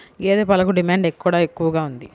గేదె పాలకు డిమాండ్ ఎక్కడ ఎక్కువగా ఉంది?